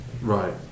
Right